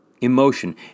emotion